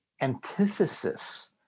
antithesis